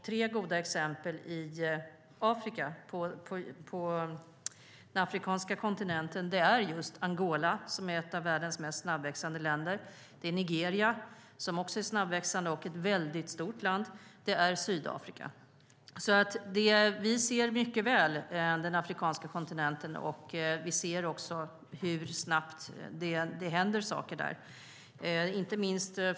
Tre goda exempel på den afrikanska kontinenten är Angola, som är ett av världens mest snabbväxande länder, Nigeria, som också är snabbväxande och ett väldigt stort land, och Sydafrika. Vi ser mycket väl den afrikanska kontinenten, och vi ser hur snabbt det händer saker där.